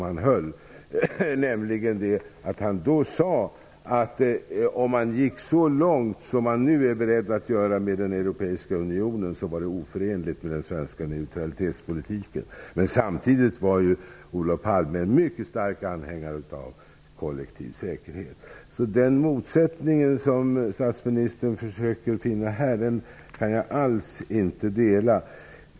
Han sade att om man skulle gå så långt som man nu är beredd att göra med den europeiska unionen, skulle det vara oförenligt med den svenska neutralitetspolitiken. Men samtidigt var Olof Palme en mycket stor anhängare av kollektiv säkerhet. Den motsättning som statsministern försöker finna kan jag inte dela.